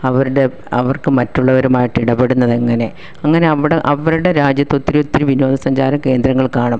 അവരുടെ അവർക്ക് മറ്റുള്ളവരുമായിട്ട് ഇടപെടുന്നത് എങ്ങനെ അങ്ങനെ അവിടെ അവരുടെ രാജ്യത്ത് ഒത്തിരി ഒത്തിരി വിനോദസഞ്ചാര കേന്ദ്രങ്ങൾ കാണും